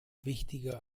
wichtiger